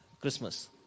Christmas